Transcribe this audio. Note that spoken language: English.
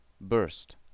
burst